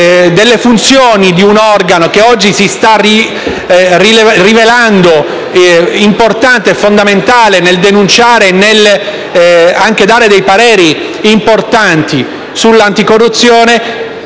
delle funzioni di un organo che oggi si sta rivelando importante e fondamentale nel denunciare e anche nell'esprimere pareri importanti sull'anticorruzione,